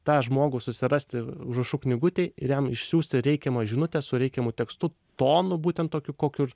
tą žmogų susirasti užrašų knygutėj ir jam išsiųsti reikiamą žinutę su reikiamu tekstu tonu būtent tokiu kokiu